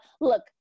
Look